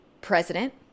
president